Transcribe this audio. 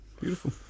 beautiful